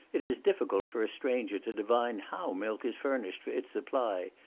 it is difficult for a stranger to divine how milk is furnished for its supply,